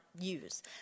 use